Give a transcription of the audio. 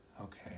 Okay